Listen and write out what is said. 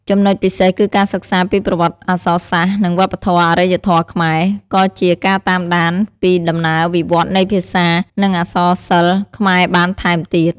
ចំណុចពិសេសគឺការសិក្សាពីប្រវត្តិអក្សរសាស្ត្រ និងវប្បធម៌ អរិយធម៌ខ្មែរ ក៏ជាការតាមដានពីដំណើរវិវត្តន៍នៃភាសា និងអក្សរសិល្ប៍ខ្មែរបានថែមទៀត។